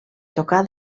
tocar